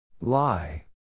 Lie